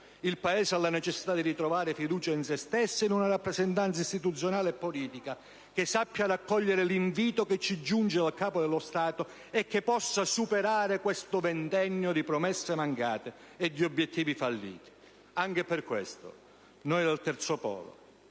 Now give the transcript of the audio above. Il Paese ha necessità di ritrovare fiducia in se stesso e in una rappresentanza istituzionale e politica che sappia raccogliere l'invito che ci giunge dal Capo dello Stato, e che possa superare questo ventennio di promesse mancate e di obiettivi falliti. Anche per questo, noi del Terzo Polo